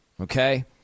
Okay